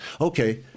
Okay